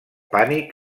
pànic